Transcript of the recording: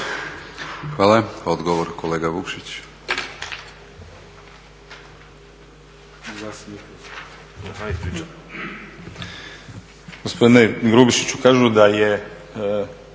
Hvala. Odgovor, kolega Vukšić.